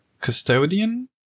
custodian